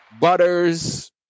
butters